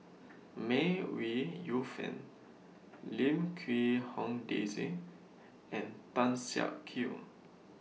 May Ooi Yu Fen Lim Quee Hong Daisy and Tan Siak Kew